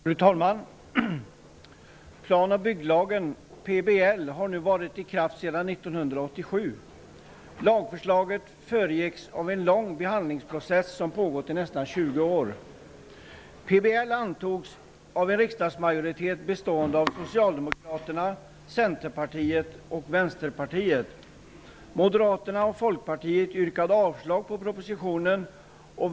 Fru talman! Plan och bygglagen, PBL, har varit i kraft sedan 1987. Lagförslaget föregicks av en lång behandlingsprocess som pågick i nästan 20 år. Vänsterpartiet. Moderaterna och Folkpartiet yrkade avslag på propositionen.